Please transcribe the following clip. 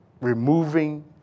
removing